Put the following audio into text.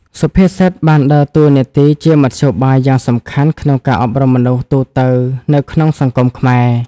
សុភាសិតបានដើរតួនាទីជាមធ្យោបាយយ៉ាងសំខាន់ក្នុងការអប់រំមនុស្សទូទៅនៅក្នុងសង្គមខ្មែរ។